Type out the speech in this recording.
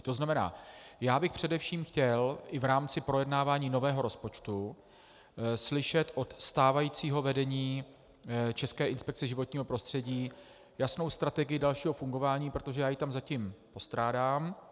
To znamená, já bych především chtěl i v rámci projednávání nového rozpočtu slyšet od stávajícího vedení České inspekce životního prostředí jasnou strategii dalšího fungování, protože já ji tam zatím postrádám.